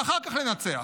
ואחר כך לנצח.